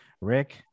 Rick